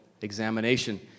examination